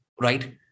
right